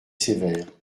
sévères